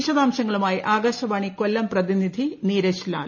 വിശദാംശങ്ങളുമായി ആകാശവാണി കൊല്ലം പ്രതിനിധി നീരജ് ലാൽ